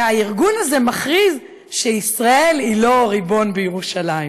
והארגון הזה מכריז שישראל אינה הריבון בירושלים.